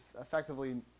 effectively